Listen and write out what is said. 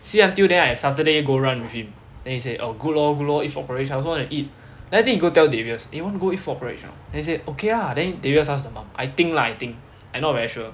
see until then I saturday go run with him then he say oh good lor good lor eat frog porridge I also want to eat then I think he go tell darius eh want to go eat frog porridge or not then he say okay lah then darius her mum I think la I think I not very sure